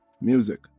music